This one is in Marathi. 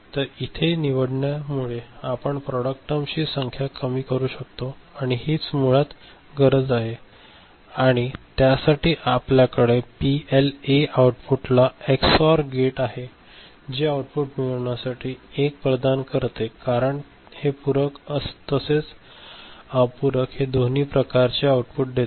तर इथे निवडण्यामुळे आपण प्रॉडक्ट टर्म्स ची संख्या कमी करू शकतो आणि हीच मुळात गरज आहे आणि त्यासाठी आपल्याकडे पीएलए आऊटपुटला हे एक्स ऑर गेट आहे जे आउटपुट मिळविण्यासाठी एक पर्याय प्रदान करते कारण हे पूरक तसेच अपूरक असे दोन्ही प्रकारचे आउटपुट देते